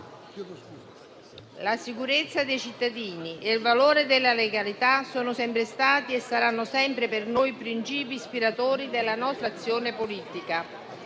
la sicurezza dei cittadini e il valore della legalità sono sempre stati e saranno sempre per noi principi ispiratori della nostra azione politica.